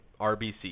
RBC